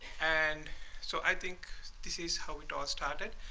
and so i think this is how it all started.